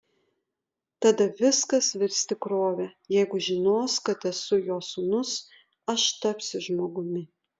tada viskas virs tikrove jeigu žinos kad esu jo sūnus aš tapsiu žmogumi